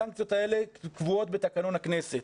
הסנקציות האלה קבועות בתקנון הכנסת.